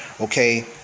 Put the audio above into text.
okay